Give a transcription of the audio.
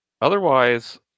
Otherwise